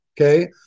Okay